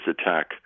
attack